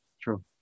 True